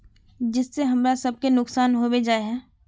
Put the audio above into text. जिस से हमरा सब के नुकसान होबे जाय है?